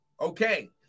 Okay